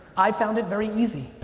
i found it very easy.